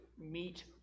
meet